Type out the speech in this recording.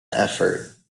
effort